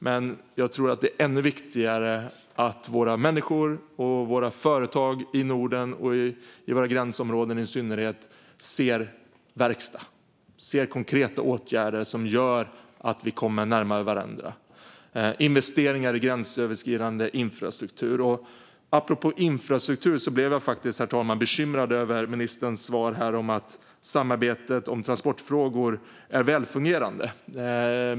Men jag tror att det är ännu viktigare att människor och företag i Norden, i synnerhet i gränsområdena, ser verkstad och konkreta åtgärder som gör att vi kommer närmare varandra, till exempel investeringar i gränsöverskridande infrastruktur. Apropå infrastruktur, herr talman, blev jag faktiskt bekymrad över ministerns svar om att samarbetet i transportfrågor är välfungerande.